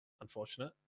unfortunate